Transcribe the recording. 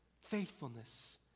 faithfulness